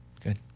Good